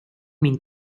min